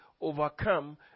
overcome